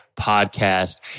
Podcast